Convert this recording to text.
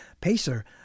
pacer